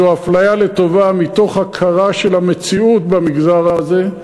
זו אפליה לטובה מתוך הכרה של המציאות במגזר הזה.